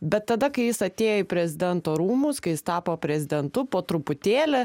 bet tada kai jis atėjo į prezidento rūmus kai jis tapo prezidentu po truputėlį